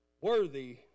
worthy